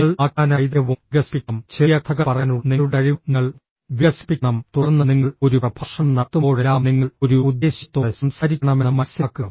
നിങ്ങൾ ആഖ്യാന വൈദഗ്ധ്യവും വികസിപ്പിക്കണം ചെറിയ കഥകൾ പറയാനുള്ള നിങ്ങളുടെ കഴിവ് നിങ്ങൾ വികസിപ്പിക്കണം തുടർന്ന് നിങ്ങൾ ഒരു പ്രഭാഷണം നടത്തുമ്പോഴെല്ലാം നിങ്ങൾ ഒരു ഉദ്ദേശ്യത്തോടെ സംസാരിക്കണമെന്ന് മനസ്സിലാക്കുക